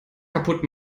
kaputt